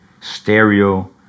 stereo